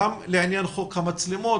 גם לעניין חוק המצלמות,